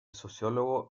sociólogo